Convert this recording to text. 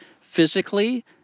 physically